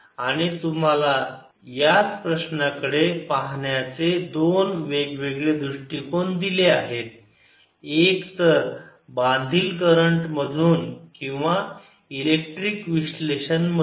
आम्ही तुम्हाला याच प्रश्नाकडे पाहण्याचे दोन वेगवेगळे दृष्टिकोन दिले आहेत एक तर बांधील करंट मधून किंवा इलेक्ट्रिक विश्लेषण मधून